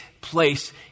place